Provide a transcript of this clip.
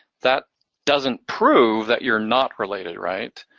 that doesn't prove that you're not related, right?